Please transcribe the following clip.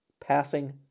passing